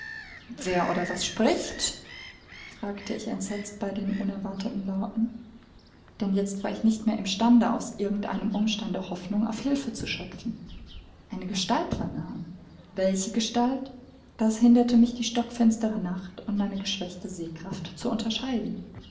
wer oder was spricht fragte ich entsetzt bei den unerwartete lauten denn jetzt war ich nicht mehr imstande aus irgend einem umstande hoffnung auf hilfe zu schöpfen eine gestalt war nahe welche gestalt das hinderte mich die stockfinstere nacht und meine geschwächte sehkraft zu unterscheiden